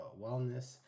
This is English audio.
wellness